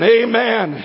amen